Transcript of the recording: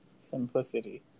simplicity